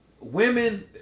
women